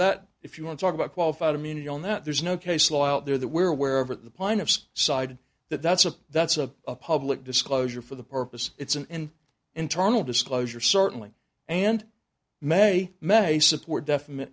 that if you want to talk about qualified immunity on that there's no case law out there that we're aware of at the plaintiff's side that that's a that's a public disclosure for the purpose it's an internal disclosure certainly and may may support definite